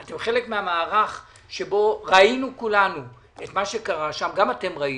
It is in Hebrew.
יש כמה דברים שאתם לא צריכים לעשות.